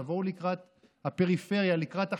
תבואו לקראת הפריפריה, לקראת החלשים.